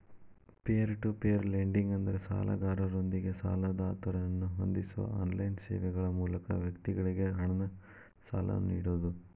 peer to peer lending ಅಂದ್ರ ಸಾಲಗಾರರೊಂದಿಗೆ ಸಾಲದಾತರನ್ನ ಹೊಂದಿಸೋ ಆನ್ಲೈನ್ ಸೇವೆಗಳ ಮೂಲಕ ವ್ಯಕ್ತಿಗಳಿಗಿ ಹಣನ ಸಾಲ ನೇಡೋದು